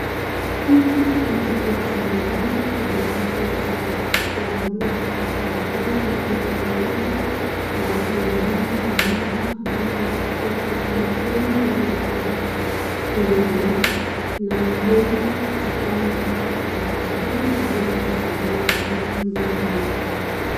Hiki ni kituo cha maziwa. Ni kituo cha kuchukua maziwa kutoka kwa wakulima na kuyauza kwa watu wengine. Naona hiki kituo kinaitwa Kieni Dairy Products Ltd na huenda kikawa kiko kijijini na inasaidia wakulima kuuza maziwa yao.